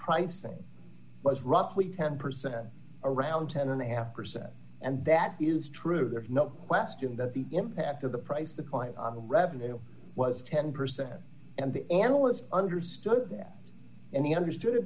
pricing was roughly ten percent around ten and a half percent and that is true there's no question that the impact of the price the client on revenue was ten percent and the analysts understood that and he understood it